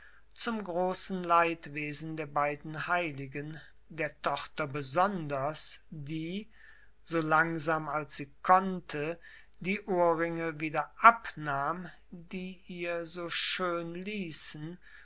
zum großen leidwesen der beiden heiligen der tochter besonders die so langsam als sie konnte die ohrringe wieder abnahm die ihr so schön ließen